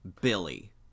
Billy